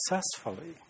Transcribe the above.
successfully